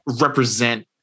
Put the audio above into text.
represent